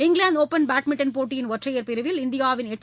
England open badminton போட்டியின் ஒற்றையர் பிரிவில் இந்தியாவின் எச்